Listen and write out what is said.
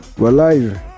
we're live.